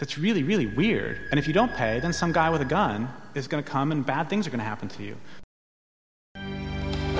that's really really weird and if you don't pay then some guy with a gun is going to come and bad things are going to happen to you